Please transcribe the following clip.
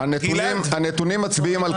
הנתונים מצביעים על